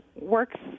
works